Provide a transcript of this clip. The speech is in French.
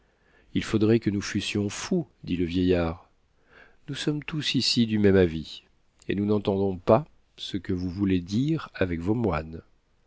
il faudrait que nous fussions fous dit le vieillard nous sommes tous ici du même avis et nous n'entendons pas ce que vous voulez dire avec vos moines